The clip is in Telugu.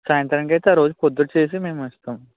సాయంత్రానికి అయితే ఆ రోజు పొద్దున్న చేసి మేము ఇస్తాము